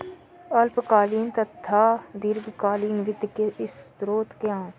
अल्पकालीन तथा दीर्घकालीन वित्त के स्रोत क्या हैं?